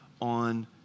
on